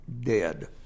Dead